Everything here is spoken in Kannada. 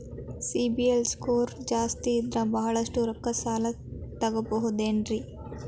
ಸಿಬಿಲ್ ಸ್ಕೋರ್ ಜಾಸ್ತಿ ಇದ್ರ ಬಹಳಷ್ಟು ರೊಕ್ಕ ಸಾಲ ತಗೋಬಹುದು ಏನ್ರಿ?